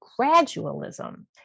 gradualism